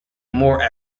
more